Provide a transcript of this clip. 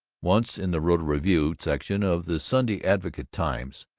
once, in the rotogravure section of the sunday advocate-times,